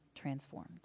transformed